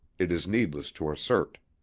it is needless to assert.